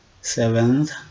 seventh